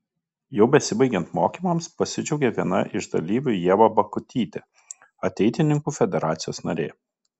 jau besibaigiant mokymams pasidžiaugė viena iš dalyvių ieva bakutytė ateitininkų federacijos narė